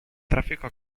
tráfico